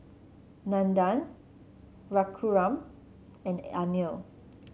Nandan Raghuram and Anil